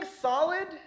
solid